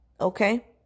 okay